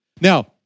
Now